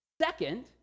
second